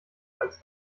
als